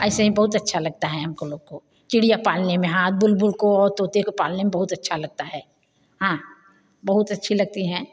ऐसे ही बहुत अच्छा लगता हैं हमको लोग को चिड़िया पालने में हाँ बुलबुल को और तोते को पालने में बहुत अच्छा लगता है हाँ बहुत अच्छी लगती हैं